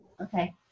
Okay